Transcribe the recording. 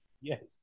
Yes